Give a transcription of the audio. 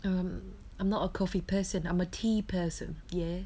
um I'm not a coffee person I'm a tea person ya